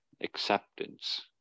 acceptance